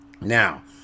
Now